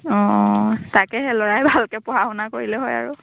অঁ তাকে সেই ল'ৰাই ভালকৈ পঢ়া শুনা কৰিলে হয় আৰু